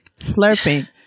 slurping